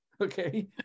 Okay